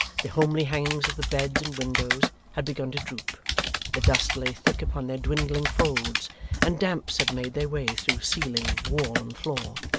the homely hangings of the beds and windows had begun to droop the dust lay thick upon their dwindling folds and damps had made their way through ceiling, wall, and floor.